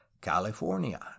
California